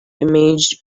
imagined